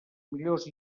millors